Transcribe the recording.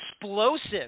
explosive